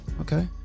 Okay